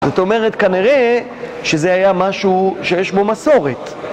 זאת אומרת, כנראה, שזה היה משהו שיש בו מסורת.